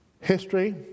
history